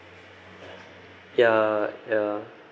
ya ya